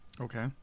Okay